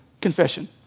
confession